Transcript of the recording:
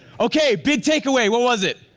okay, big take away, what was it?